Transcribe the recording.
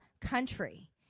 country